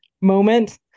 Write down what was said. moment